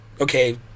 okay